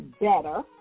better